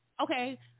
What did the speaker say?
Okay